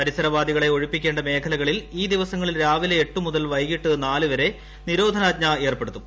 പരിസരവാസികളെ ഒഴിപ്പിക്കേണ്ട മേഖലകളിൽ ഈ ദിവസങ്ങളിൽ രാവിലെ എട്ട് മുതൽ വൈകിട്ട് നാല് വരെ നിരോധനാജ്ഞ ഏർപ്പെടുത്തും